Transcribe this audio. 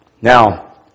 Now